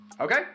Okay